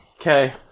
Okay